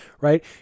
right